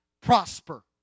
prosper